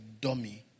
dummy